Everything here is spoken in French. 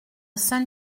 saint